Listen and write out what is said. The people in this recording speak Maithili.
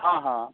हँ हँ